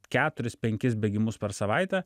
keturis penkis bėgimus per savaitę